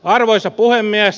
arvoisa puhemies